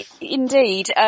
indeed